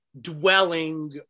dwelling